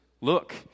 look